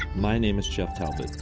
my name is jeff talbot.